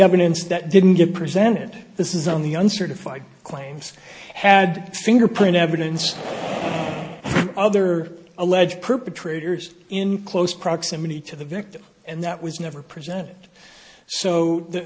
evidence that didn't get presented this is on the uncertified claims had fingerprint evidence other alleged perpetrators in close proximity to the victim and that was never present so